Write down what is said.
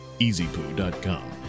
EasyPoo.com